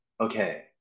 Okay